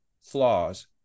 flaws